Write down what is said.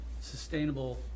sustainable